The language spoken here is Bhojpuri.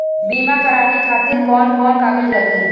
बीमा कराने खातिर कौन कौन कागज लागी?